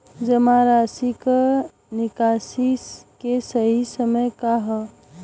जमा राशि क निकासी के सही समय का ह?